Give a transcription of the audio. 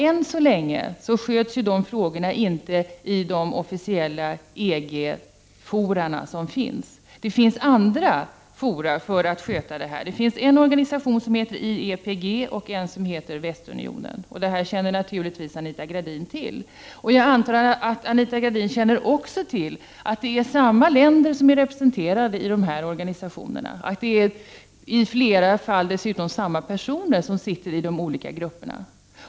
Än så länge sköts dessa frågor inte i de officiella EG-fora som finns. Organisationer som IEPG och Västunionen har hand om detta. Det här känner naturligtvis Anita Gradin till. Jag antar att Anita Gradin också känner till att det är samma länder som är representerade i dessa båda organisationer och att det i flera fall är samma personer som sitter i de olika grupperna.